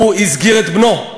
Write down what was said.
הוא הסגיר את בנו,